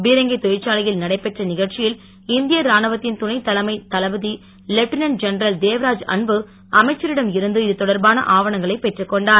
பீரங்கி தொழிற்சாலையில் நடைபெற்ற நிகழ்ச்சியில் இந்திய ராணுவத்தின் துணை தலைமை தளபதி லெப்டினன்ட் ஜெனரல் தேவராஜ் அன்பு அமைச்சரிடம் இருந்து இதுதொடர்பான ஆவணங்களை பெற்றுக் கொண்டார்